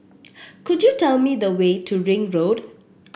could you tell me the way to Ring Road